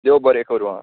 देव बरें करूं आं